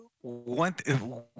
one